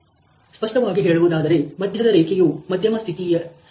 ಸ್ಪಷ್ಟವಾಗಿ ಹೇಳುವುದಾದರೆ ಮಧ್ಯದ ರೇಖೆಯು ಮಧ್ಯಮ ಸ್ಥಿತಿ ಬಗ್ಗೆ ಇರುತ್ತದೆ